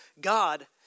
God